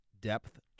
depth